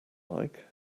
like